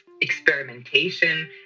experimentation